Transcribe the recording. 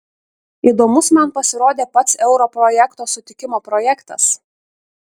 įdomus man pasirodė pats euro projekto sutikimo projektas